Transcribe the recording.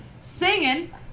singing